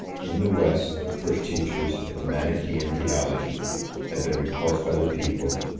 in the west, the first teachers of the manichaean theology had been repulsed by the people,